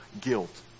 guilt